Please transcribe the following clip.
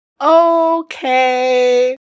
Okay